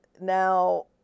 now